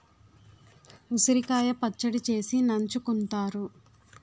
ఉసిరికాయ పచ్చడి చేసి నంచుకుంతారు